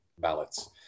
ballots